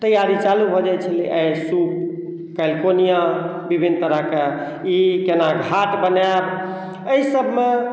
तैआरी चालू भऽ जाइत छलैया आइ सूप काल्हि कोनिआ विभिन्न तरहके ई केना घाट बनायब एहि सबमे